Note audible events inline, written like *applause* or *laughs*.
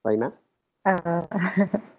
uh *laughs*